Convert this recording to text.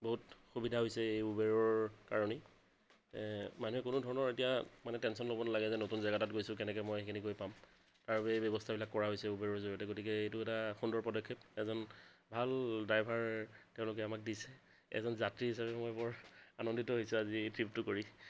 বহুত সুবিধা হৈছে এই উবেৰৰ কাৰণেই মানে কোনো ধৰণৰ এতিয়া মানে টেনচন ল'ব নালাগে যে নতুন জেগা এটাত গৈছোঁ কেনেকৈ মই এইখিনি গৈ পাম তাৰ বাবে এই ব্যৱস্থাবিলাক কৰা হৈছে উবেৰৰ জৰিয়তে গতিকে এইটো এটা সুন্দৰ পদক্ষেপ এজন ভাল ড্ৰাইভাৰ তেওঁলোকে আমাক দিছে এজন যাত্ৰী হিচাপে মই বৰ আনন্দিত হৈছোঁ এই ত্ৰিপটো কৰি